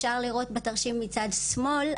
אפשר לראות בתרשים מצד שמאל,